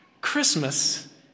Christmas